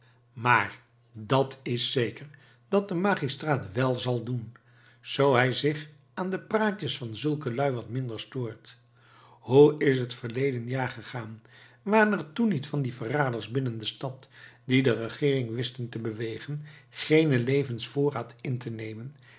maar dàt is zeker dat de magistraat wèl zal doen zoo hij zich aan de praatjes van zulke lui wat minder stoort hoe is het verleden jaar gegaan waren er toen niet van die verraders binnen de stad die de regeering wisten te bewegen geenen levensvoorraad in te nemen